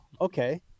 okay